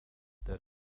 that